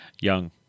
young